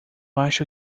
acho